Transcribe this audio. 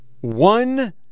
One